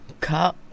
cut